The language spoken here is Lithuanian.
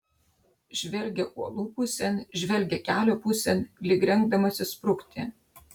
žvelgia uolų pusėn žvelgia kelio pusėn lyg rengdamasis sprukti